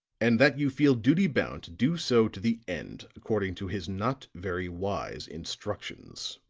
and that you feel duty bound to do so to the end, according to his not very wise instructions.